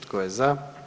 Tko je za?